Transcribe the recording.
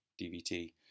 DVT